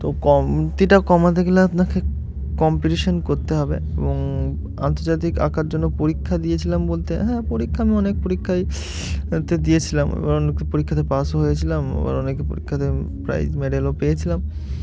তো কমতিটা কমাতে গেলে আপনাকে কম্পিটিশান করতে হবে এবং আন্তর্জাতিক আঁকার জন্য পরীক্ষা দিয়েছিলাম বলতে হ্যাঁ পরীক্ষা আমি অনেক পরীক্ষাইতে দিয়েছিলাম এবার অনেক পরীক্ষাতে পাসও হয়েছিলাম এবার অনেক পরীক্ষাতে প্রাইজ মেডেলও পেয়েছিলাম